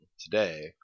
today